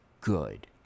good